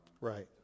Right